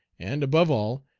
and, above all,